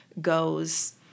goes